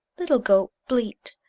little goat, bleat!